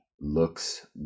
looks